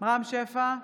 רם שפע,